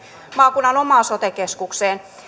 maakunnan omaan sote keskukseen